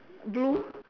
blue